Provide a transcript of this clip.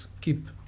keep